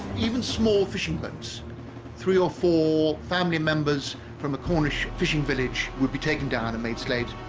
even small fishing boats three or four family members from a cornish fishing village would be taken down and made slaves